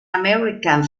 american